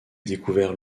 découvert